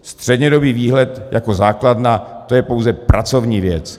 Střednědobý výhled jako základna, to je pouze pracovní věc.